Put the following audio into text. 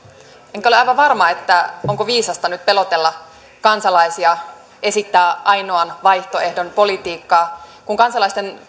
enkä ole aivan varma onko viisasta nyt pelotella kansalaisia ja esittää ainoan vaihtoehdon politiikkaa kun kansalaisten